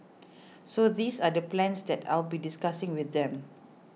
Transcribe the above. so these are the plans that I'll be discussing with them